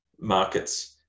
markets